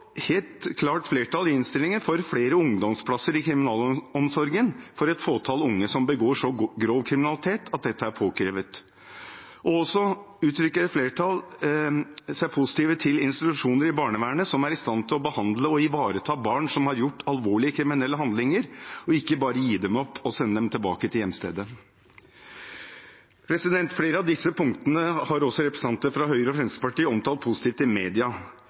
helt klart flertall i innstillingen for flere ungdomsplasser i kriminalomsorgen for et fåtall unge som begår så grov kriminalitet at dette er påkrevet. Et flertall uttrykker seg positivt til institusjoner i barnevernet som er i stand til å behandle og ivareta barn som har gjort alvorlige kriminelle handlinger, og ikke bare gir dem opp og sender dem tilbake til hjemstedet. Flere av disse punktene har også representanter fra Høyre og Fremskrittspartiet omtalt positivt i media.